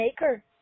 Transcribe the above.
maker